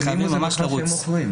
הן חייבות ממש לרוץ.